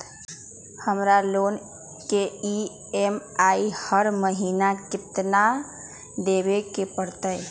हमरा लोन के ई.एम.आई हर महिना केतना देबे के परतई?